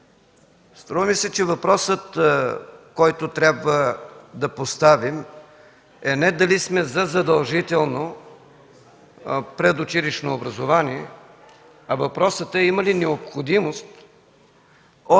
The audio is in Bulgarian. струва ми се, че въпросът, който трябва да поставим, е не дали сме за задължително предучилищно образование, а въпросът е има ли необходимост от